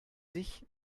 sich